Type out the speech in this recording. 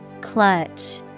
Clutch